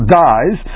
dies